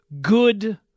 good